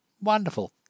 wonderful